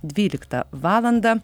dvyliktą valandą